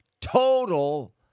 total